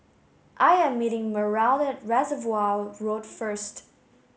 I am meeting Meryl at Reservoir Road first